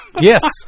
Yes